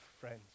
friends